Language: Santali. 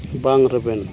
ᱵᱟᱝ ᱨᱮᱵᱮᱱ